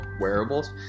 wearables